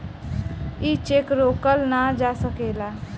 ई चेक रोकल ना जा सकेला